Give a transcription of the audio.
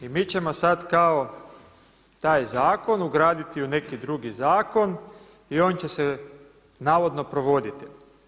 I mi ćemo sada kao taj zakon ugraditi u neki drugi zakon i on će se navodno provoditi.